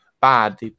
bad